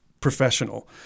professional